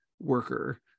worker